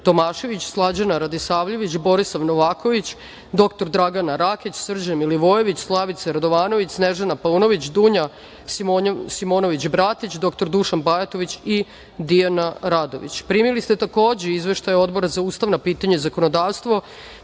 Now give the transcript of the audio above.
Tomašević, Slađana Radisavljević, Borisav Novaković, dr Dragana Rakić, Srđan Milivojević, Slavica Radovanović, Snežana Paunović, Dunja Simonović Bratić, dr Dušan Bajatović i Dijana Radović. Primili ste izveštaje Odbora za ustavna pitanja i zakonodavstvo